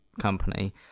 company